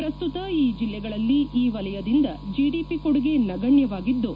ಪ್ರಸ್ತುತ ಈ ಜಿಲ್ಲೆಗಳಲ್ಲಿ ಈ ವಲಯದಿಂದ ಜೆಡಿಪಿ ಕೊಡುಗೆ ನಗಣ್ಣವಾಗಿದ್ದು